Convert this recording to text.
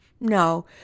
No